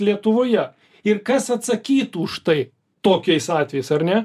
lietuvoje ir kas atsakytų štai tokiais atvejais ar ne